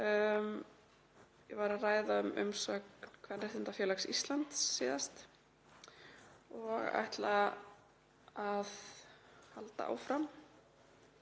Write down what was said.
Ég var að ræða um umsögn Kvenréttindafélags Íslands síðast og ætla að halda áfram